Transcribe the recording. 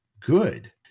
good